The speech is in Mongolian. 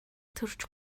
төрж